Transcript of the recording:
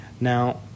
Now